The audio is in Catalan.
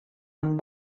amb